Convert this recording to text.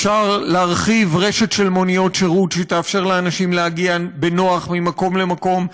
אפשר להרחיב רשת של מוניות שירות שתאפשר לאנשים להגיע בנוח ממקום למקום,